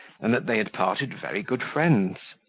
and that they had parted very good friends.